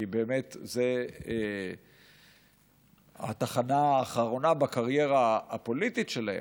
כי באמת זו התחנה האחרונה בקריירה הפוליטית שלהם.